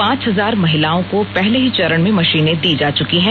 पांच हजार महिलाओं को पहले ही चरण में मशीने दी जा चुकी हैं